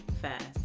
fast